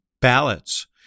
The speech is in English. ballots